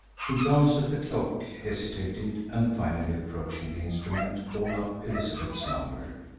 he glanced at the clock, hesitated, and finally approaching the instrument called up elizabeth's number.